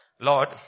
Lord